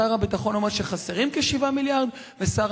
שר הביטחון אומר שחסרים כ-7 מיליארד ושר